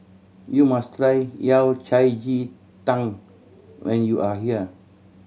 you must try Yao Cai ji tang when you are here